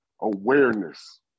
awareness